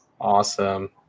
Awesome